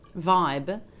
vibe